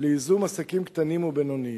לייזום עסקים קטנים ובינוניים.